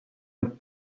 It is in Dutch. een